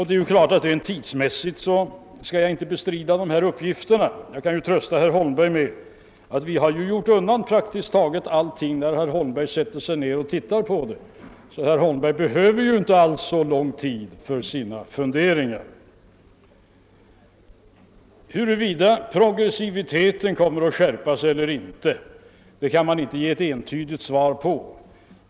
Det är klart att detta inte kan bestridas rent tidsmässigt, men jag kan trösta herr Holmberg med att vi har gjort undan nästan allt arbete då han skall sätta sig ned och se på saken. Herr Holmberg behöver alltså inte alls så lång tid för sina funderingar. På frågan, om progressiviteten kommer att skärpas eller ej, kan det inte ges ett entydigt svar.